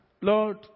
Lord